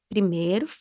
Primeiro